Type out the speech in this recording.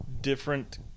Different